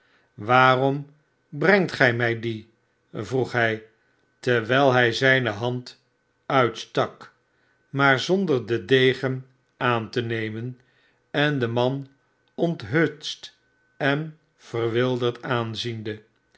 iwaarom brengt gij mij dien vroeg hij terwijl hij zijne hand uitstak maar zonder den degen aan te nemen en den man onthutst en verwilderd aanziende